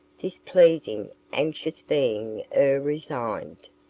this pleasing, anxious being e'er resigned,